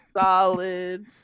solid